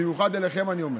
במיוחד לכם אני אומר: